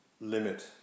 limit